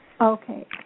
Okay